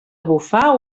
bufar